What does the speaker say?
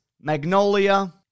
Magnolia